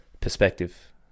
perspective